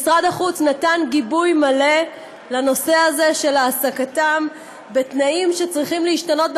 ומשרד החוץ נתן גיבוי מלא לנושא הזה של העסקתם בתנאים שצריכים להשתנות,